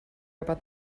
about